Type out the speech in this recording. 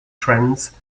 trends